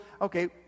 okay